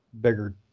bigger